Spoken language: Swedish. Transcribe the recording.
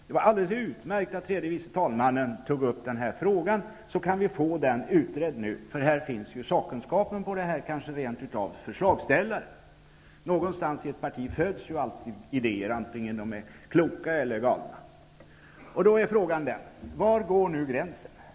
Det var alldeles utmärkt att tredje vice talmannen tog upp den här frågan, så att vi kan få den utredd nu, för här finns sakkunskapen, kanske rent av förslagsställaren. Någonstans i ett parti föds alltid idéer, antingen de är kloka eller galna. Mina frågor är: Var går gränsen?